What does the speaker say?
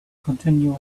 continue